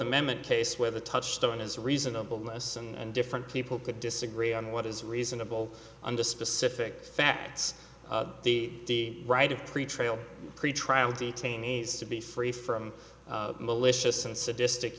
amendment case where the touchstone is reasonable notice and different people could disagree on what is reasonable under specific facts the right of pretrial pretrial detainees to be free from malicious and sadistic